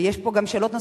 יש פה גם שאלות נוספות.